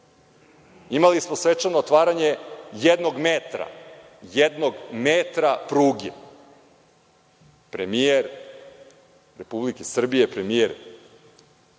Imali smo svečano otvaranje jednog metra pruge. Premijer Republike Srbije, premijer